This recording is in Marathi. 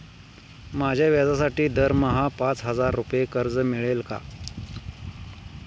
माझ्या व्यवसायासाठी दरमहा पाच हजार रुपये कर्ज मिळेल का?